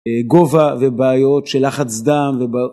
גובה ובעיות של לחץ דם ובעיות...